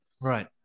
Right